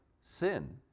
sin